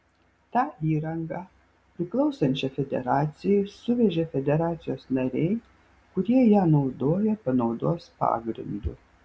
tą įrangą priklausančią federacijai suvežė federacijos nariai kurie ją naudoja panaudos pagrindu